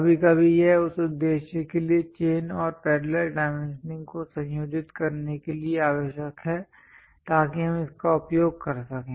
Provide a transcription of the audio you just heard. कभी कभी यह उस उद्देश्य के लिए चेन और पैरेलल डाइमेंशनिंग को संयोजित करने के लिए आवश्यक है ताकि हम इसका उपयोग कर सकें